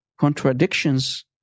contradictions